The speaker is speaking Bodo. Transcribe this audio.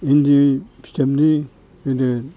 इन्दि फिथोबनि गोदो